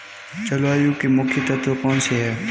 जलवायु के मुख्य तत्व कौनसे हैं?